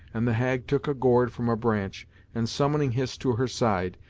and the hag took a gourd from a branch and, summoning hist to her side,